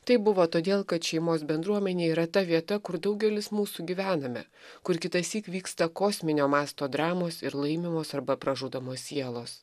tai buvo todėl kad šeimos bendruomenė yra ta vieta kur daugelis mūsų gyvename kur kitąsyk vyksta kosminio masto dramos ir laimimos arba pražudomos sielos